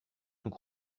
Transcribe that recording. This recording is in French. nous